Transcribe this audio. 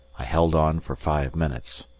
i held on for five minutes,